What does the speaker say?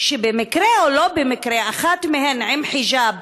שבמקרה או לא במקרה אחת מהן עם חיג'אב